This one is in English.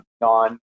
non